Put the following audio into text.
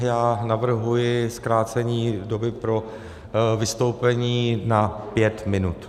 Já navrhuji zkrácení doby pro vystoupení na pět minut.